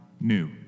new